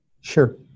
Sure